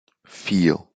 vier